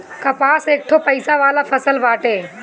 कपास एकठो पइसा वाला फसल बाटे